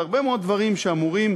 להרבה מאוד דברים שאמורים,